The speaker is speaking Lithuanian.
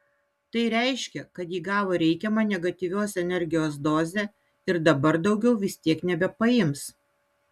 tai reiškia kad ji gavo reikiamą negatyvios energijos dozę ir dabar daugiau vis tiek nebepaims